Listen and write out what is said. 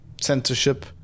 censorship